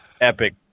epic